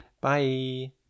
Bye